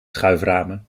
schuiframen